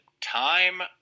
time